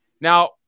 Now